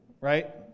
Right